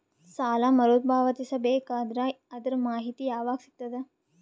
ಸಾಲ ಮರು ಪಾವತಿಸಬೇಕಾದರ ಅದರ್ ಮಾಹಿತಿ ಯವಾಗ ಸಿಗತದ?